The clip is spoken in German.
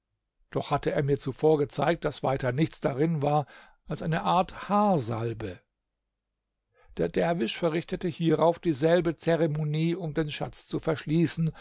doch hatte er mir zuvor gezeigt daß weiter nichts darin war als eine art haarsalbe der derwisch verrichtete hierauf dieselbe zeremonie um den schatz zu verschließen